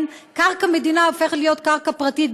קרקע מדינה הופכת להיות קרקע פרטית,